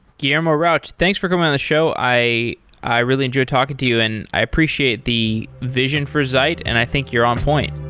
guillermo rauch, thanks for coming on the show. i i really enjoyed talking to you and i appreciate the vision for zeit, and i think you're on point.